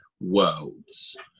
worlds